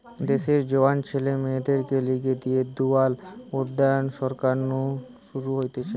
দেশের জোয়ান ছেলে মেয়েদের লিগে দিন দয়াল উপাধ্যায় সরকার নু শুরু হতিছে